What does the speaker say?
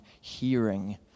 hearing